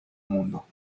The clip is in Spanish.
mundo